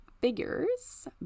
figures